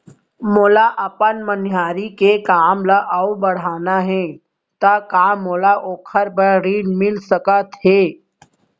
मोला अपन मनिहारी के काम ला अऊ बढ़ाना हे त का मोला ओखर बर ऋण मिलिस सकत हे?